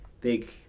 big